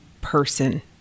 person